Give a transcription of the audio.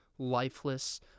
lifeless